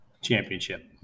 championship